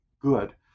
good